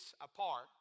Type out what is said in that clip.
apart